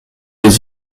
les